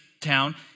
town